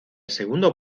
segundo